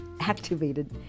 activated